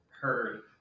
heard